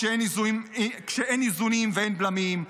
כשאין איזונים ואין בלמים.